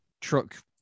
truck